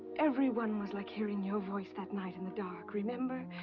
every one was like hearing your voice that night in the dark, remember?